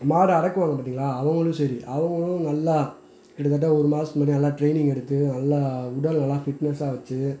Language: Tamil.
மாடை அடக்குவாங்க பார்த்திங்களா அவர்களும் சரி அவர்களும் நல்லா கிட்டத்தட்ட ஒரு மாதத்துக்கு முன்னாடியே நல்லா ட்ரெயினிங் எடுத்து நல்லா உடலெல்லாம் ஃபிட்னெஸ்ஸாக வச்சு